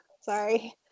Sorry